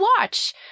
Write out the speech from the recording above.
watch